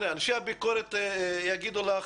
אבל אנשי הביקורת יגידו לך,